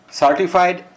certified